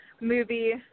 movie